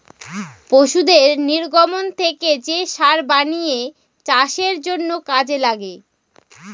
পশুদের নির্গমন থেকে যে সার বানিয়ে চাষের জন্য কাজে লাগে